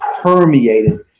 permeated